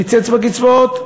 קיצץ בקצבאות,